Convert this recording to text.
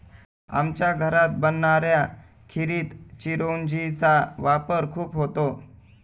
आमच्या घरात बनणाऱ्या खिरीत चिरौंजी चा वापर खूप होतो